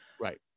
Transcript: Right